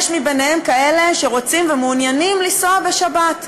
יש ביניהם כאלה שרוצים ומעוניינים לנסוע בשבת,